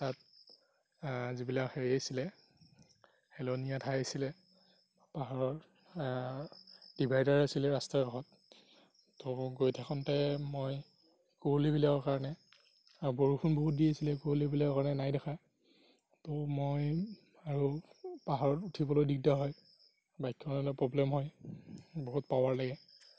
তাত যিবিলাক হেৰি আছিলে হেলনীয়া ঠাই আছিলে পাহাৰৰ ডিভাইডাৰ আছিলে ৰাস্তাৰ কাষত ত' গৈ থাকোঁতে মই কুঁৱলীবিলাকৰ কাৰণে আৰু বৰষুণ বহুত দি আছিলে কুঁৱলীবিলাকৰ কাৰণে নাই দেখা ত' মই আৰু পাহাৰত উঠিবলৈ দিগদাৰ হয় বাইকখনৰ কাৰণে প্ৰব্লেম হয় বহুত পাৱাৰ লাগে